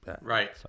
Right